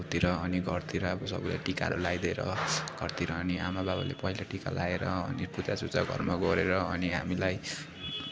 गाउँतिर अनि घरतिर अब सबलाई टिकाहरू लगाइदिएर घरतिर अनि आमाबाबाले पहेँलो टिका लगाएर अनि पूजासुजा घरमा गरेर अनि हामीलाई